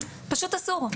פשוט אסור,